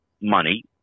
money